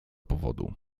powodu